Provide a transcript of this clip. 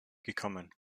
gekommen